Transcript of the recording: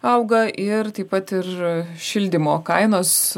auga ir taip pat ir šildymo kainos